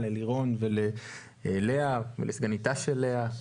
ללירון וללאה ולסגניתה של לאה,